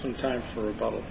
sometimes for a bottle